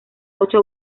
ocho